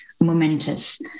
momentous